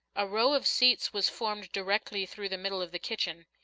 a row of seats was formed directly through the middle of the kitchen.